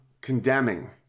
condemning